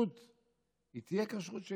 שהכשרות תהיה כשרות,